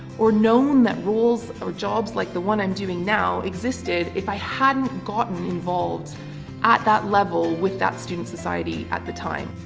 or known that roles or jobs like the one i'm doing now existed, if i hadn't gotten involved at that level with that student society at the time.